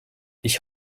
ich